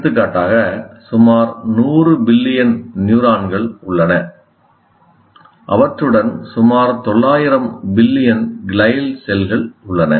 எடுத்துக்காட்டாக சுமார் 100 பில்லியன் நியூரான்கள் உள்ளன அவற்றுடன் சுமார் 900 பில்லியன் கிளைல் செல்கள் உள்ளன